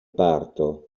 parto